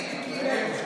תגידי "בלי נדר".